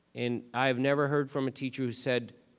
and i have never heard from a teacher who said,